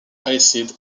acid